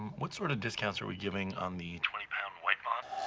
what sorta discounts are we giving on the twenty pound white ah